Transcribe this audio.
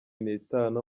nitanu